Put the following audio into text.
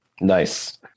nice